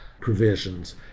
provisions